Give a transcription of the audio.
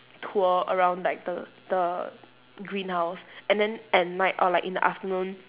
tour around like the the greenhouse and then at night or like in the afternoon